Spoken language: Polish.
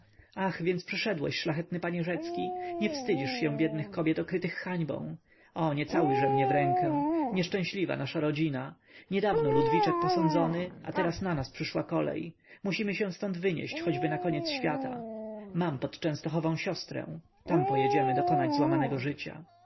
ach więc przyszedłeś szlachetny panie rzecki nie wstydzisz się biednych kobiet okrytych hańbą o nie całujże mnie w rękę nieszczęśliwa nasza rodzina niedawno ludwiczek posądzony a teraz na nas przyszła kolej musimy się ztąd wynieść choćby na koniec świata mam pod częstochową siostrę tam pojedziemy dokonać złamanego życia